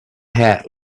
hat